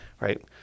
right